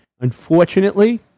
Unfortunately